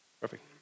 perfect